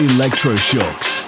Electroshocks